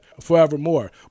forevermore